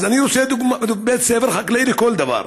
אני רוצה בית חקלאי לכל דבר.